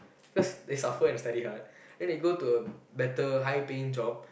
cause they suffer and study hard then they go a better high paying job